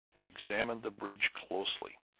and examined the bridge closely.